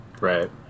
right